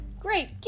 Great